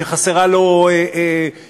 שחסרה לו יוקרה,